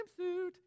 Swimsuit